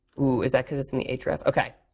oh, is that because it's in the href? ok.